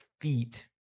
feet